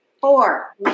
Four